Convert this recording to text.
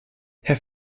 herr